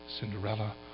Cinderella